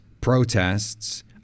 protests